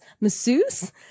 masseuse